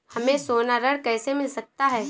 हमें सोना ऋण कैसे मिल सकता है?